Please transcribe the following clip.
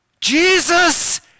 Jesus